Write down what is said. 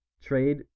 trade